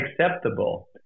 acceptable